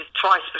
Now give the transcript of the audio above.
twice